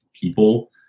people